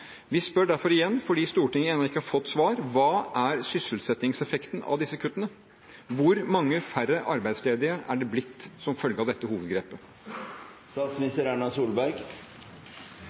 Vi spør derfor igjen, fordi Stortinget ennå ikke har fått svar: Hva er sysselsettingseffekten av disse kuttene? Hvor mange færre arbeidsledige er det blitt som følge av dette hovedgrepet?